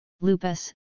lupus